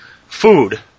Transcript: food